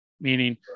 Meaning